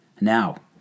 Now